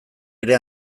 ere